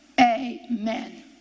amen